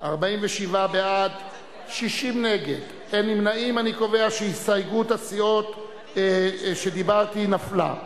ושל חבר הכנסת איתן כבל לסעיף 1 לא נתקבלה.